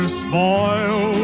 spoil